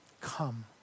Come